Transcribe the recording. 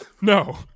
no